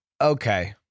Okay